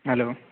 hello